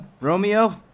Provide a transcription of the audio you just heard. Romeo